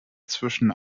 zwischen